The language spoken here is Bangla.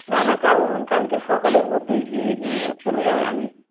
না না কাল কালকে সকালের মধ্যেই এই এই চলে যাবে আমি